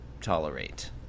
tolerate